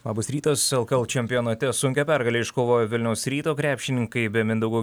labas rytas lkl čempionate sunkią pergalę iškovojo vilniaus ryto krepšininkai be mindaugo